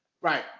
Right